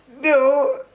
no